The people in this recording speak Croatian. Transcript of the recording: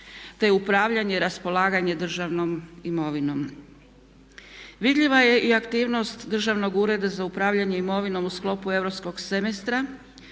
te upravljanje i raspolaganje državnom imovinom. Vidljiva je i aktivnost Državnog ureda za upravljanje imovinom u sklopu europskog semestra